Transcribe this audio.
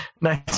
Nice